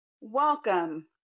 welcome